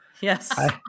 Yes